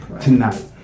tonight